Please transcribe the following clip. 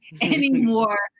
anymore